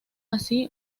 así